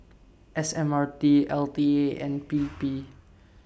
S M R T L T A and P P